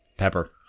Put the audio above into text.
pepper